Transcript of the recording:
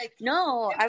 No